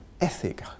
ethic